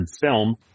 film